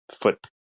Foot